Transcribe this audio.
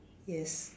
yes